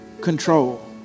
control